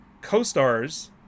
co-stars